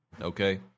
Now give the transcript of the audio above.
Okay